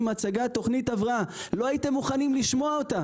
עם הצגת תוכנית הבראה ולא הייתם מוכנים לשמוע אותה.